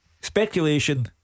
Speculation